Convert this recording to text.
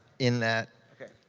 in that. okay.